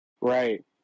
right